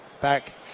back